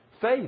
Faith